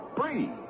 free